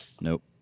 Nope